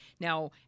now